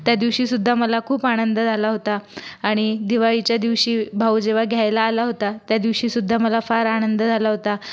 त्या दिवशीसुद्धा मला खूप आनंद झाला होता आणि दिवाळीच्या दिवशी भाऊ जेव्हा घ्यायला आला होता त्या दिवशीसुद्धा मला फार आनंद झाला होता